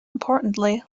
importantly